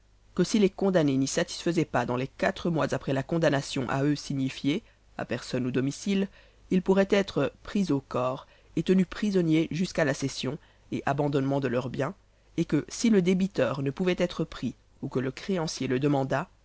que si les condamnés n'y satisfaisaient pas dans les quatre mois après la condamnation à eux signifiée à personne ou domicile ils pourraient être pris au corps et tenus prisonniers jusqu'à la cession et abandonnement de leurs biens et que si le débiteur ne pouvait pas être pris ou que le créancier le demandât